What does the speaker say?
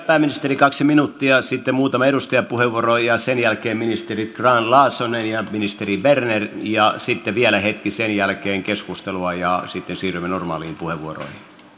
pääministeri kaksi minuuttia sitten muutama edustajapuheenvuoro ja sen jälkeen ministeri grahn laasonen ja ministeri berner ja sitten vielä hetki sen jälkeen keskustelua ja sitten siirrymme normaaleihin puheenvuoroihin